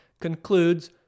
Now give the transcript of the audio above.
concludes